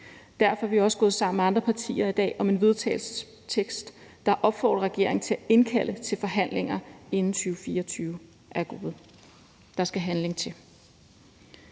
Derfor er vi også gået sammen med andre partier i dag om en vedtagelsestekst, der opfordrer regeringen til at indkalde til forhandlinger, inden 2024 er gået. Der skal handling til.